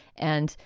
and,